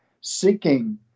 seeking